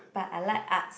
but I like arts